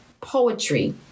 poetry